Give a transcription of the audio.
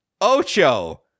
Ocho